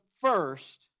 first